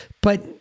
But-